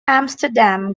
amsterdam